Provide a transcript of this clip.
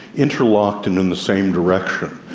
interlocked and in the same direction.